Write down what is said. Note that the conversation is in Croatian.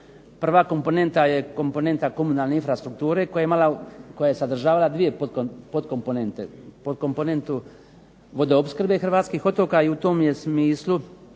Prva komponenata je komponenta komunalne infrastrukture koja je sadržavala dvije podkomponente. Podkomponentu vodoopskrbe hrvatskih otoka. I u tom je smislu